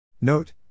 Note